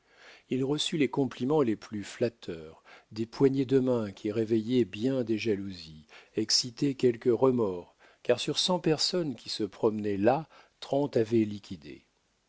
il reçut les compliments les plus flatteurs des poignées de main qui réveillaient bien des jalousies excitaient quelques remords car sur cent personnes qui se promenaient là trente avaient liquidé